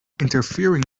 interfering